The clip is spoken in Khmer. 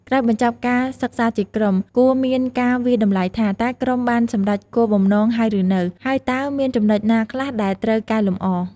ក្រោយបញ្ចប់ការសិក្សាជាក្រុម គួរមានការវាយតម្លៃថា តើក្រុមបានសម្រេចគោលបំណងហើយឬនៅ ហើយតើមានចំណុចណាខ្លះដែលត្រូវកែលម្អ។